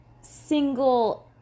single